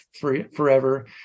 forever